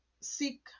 seek